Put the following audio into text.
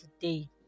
today